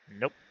nope